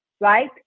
right